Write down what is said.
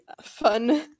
fun